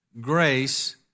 grace